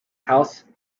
house